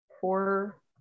four